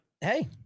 Hey